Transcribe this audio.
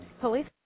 Police